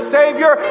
savior